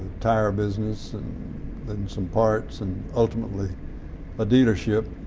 tire business and then some parts and ultimately a dealership,